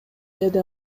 деди